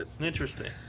Interesting